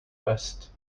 vest